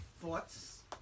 thoughts